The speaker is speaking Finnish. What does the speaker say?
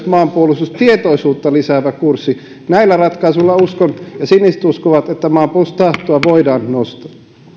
maanpuolustustietoisuutta lisäävä kurssi näillä ratkaisuilla uskon ja siniset uskovat maanpuolustustahtoa voidaan nostaa